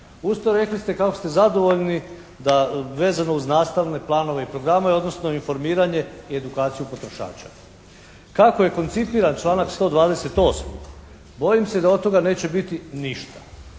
Uz to rekli ste kako ste zadovoljni da vezano uz nastavne planove i programe odnosno informacije i edukaciju potrošača. Kako je koncipiran članak 128. bojim se da od toga neće biti ništa